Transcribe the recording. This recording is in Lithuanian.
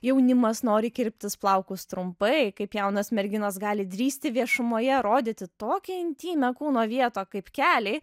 jaunimas nori kirptis plaukus trumpai kaip jaunos merginos gali drįsti viešumoje rodyti tokią intymią kūno vietą kaip keliai